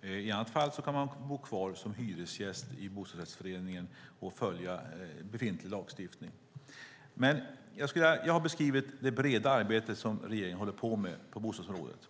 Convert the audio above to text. I annat fall kan man bo kvar som hyresgäst i bostadsrättsföreningen och följa befintlig lagstiftning. Jag har beskrivit det breda arbete som regeringen håller på med på bostadsområdet.